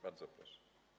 Bardzo proszę.